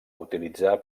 utilitzar